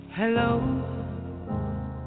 Hello